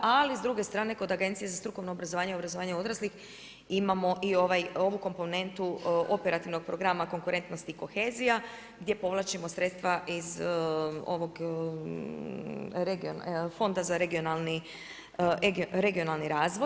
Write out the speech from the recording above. Ali s druge strane kod Agencije za strukovno obrazovanje, obrazovanje odraslih imamo i ovu komponentu operativnog programa konkurentnost i kohezija gdje povlačimo sredstva iz ovog Fonda za regionalni razvoj.